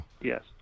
yes